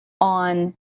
on